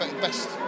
best